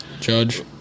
judge